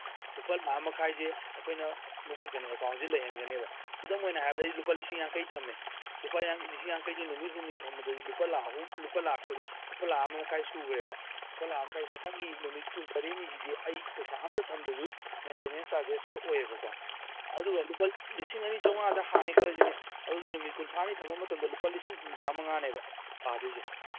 ꯂꯨꯄꯥ ꯂꯥꯈ ꯑꯃ ꯃꯈꯥꯏꯁꯦ ꯑꯩꯈꯣꯏꯅ ꯑꯦꯀꯥꯎꯟꯁꯤ ꯂꯩꯍꯟꯒꯅꯦꯕ ꯈꯨꯗꯝ ꯑꯣꯏꯅ ꯑꯩꯁꯦ ꯂꯨꯄꯥ ꯂꯤꯁꯤꯡ ꯌꯥꯡꯈꯩ ꯊꯝꯃꯦ ꯂꯨꯄꯥ ꯂꯤꯁꯤꯡ ꯌꯥꯡꯈꯩꯁꯦ ꯅꯨꯃꯤꯠ ꯍꯨꯝꯅꯤ ꯊꯝꯕꯗꯗꯤ ꯂꯨꯄꯥ ꯂꯥꯈ ꯑꯍꯨꯝ ꯁꯣꯔꯤ ꯂꯨꯄꯥ ꯂꯥꯈ ꯑꯃ ꯃꯈꯥꯏ ꯁꯨꯒ꯭ꯔꯦꯕ ꯂꯨꯄꯥ ꯂꯥꯈ ꯑꯃ ꯃꯈꯥꯏꯁꯦ ꯃꯊꯪꯒꯤ ꯅꯨꯃꯤꯠ ꯀꯨꯟ ꯇꯔꯦꯠꯅꯤꯁꯤꯗꯤ ꯑꯩ ꯄꯩꯁꯥ ꯑꯝꯇ ꯊꯝꯗ꯭ꯔꯁꯨ ꯃꯦꯟꯇꯦꯅꯦꯟꯁ ꯆꯥꯔꯖꯦꯁ ꯀꯛꯑꯣꯏꯕꯀꯣ ꯑꯗꯨꯒ ꯂꯨꯄꯥ ꯂꯤꯁꯤꯡ ꯑꯅꯤ ꯆꯧꯉꯥꯗ ꯍꯥꯡꯉꯦ ꯈꯜꯂꯁꯤꯅꯦ ꯑꯗꯨꯗꯤ ꯅꯨꯃꯤꯠ ꯀꯨꯟꯊ꯭ꯔꯥꯅꯤ ꯊꯝꯕ ꯃꯇꯝꯗ ꯂꯨꯄꯥ ꯂꯤꯁꯤꯡ ꯍꯨꯝꯗ꯭ꯔꯥꯃꯉꯥꯅꯦꯕ ꯇꯥꯗꯣꯏꯁꯦ